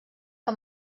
que